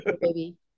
baby